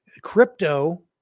crypto